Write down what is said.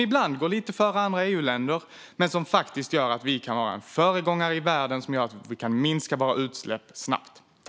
Ibland går den lite före andra EU-länder, men den gör att vi kan vara en föregångare i världen och att våra utsläpp kan minska snabbt.